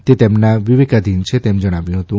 તે તેમના વિવેકાધીન છે તેમ જણાવ્યું હતું